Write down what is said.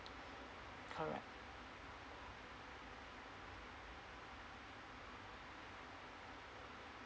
correct